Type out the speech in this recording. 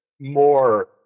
more